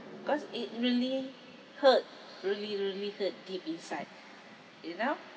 because it really hurt really really hurt deep inside you know